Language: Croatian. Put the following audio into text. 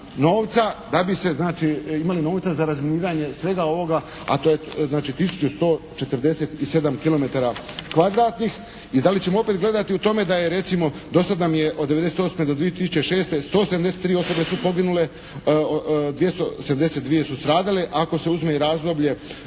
novca da bi se znači imali novca za razminiranje svega ovoga, a to znači tisuću 147 kilometara kvadratnih i da li ćemo opet gledati u tome da je recimo, do sad nam je od '98. do 2006. 173 osobe su poginule, 272 su stradale, ako se uzme i razdoblje